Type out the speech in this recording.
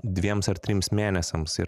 dviems ar trims mėnesiams ir